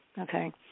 Okay